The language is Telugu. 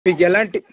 మీకు ఎలాంటి